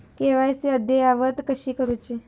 KYC अद्ययावत कशी करुची?